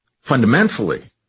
fundamentally